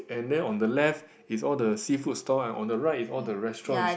and then on the left is all the seafood stall and on the right is all the restaurants